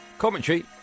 Commentary